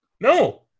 No